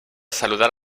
saludar